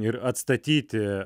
ir atstatyti